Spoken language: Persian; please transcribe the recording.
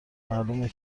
معلومه